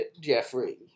Jeffrey